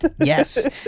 yes